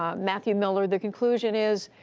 um matthew miller, the conclusion is,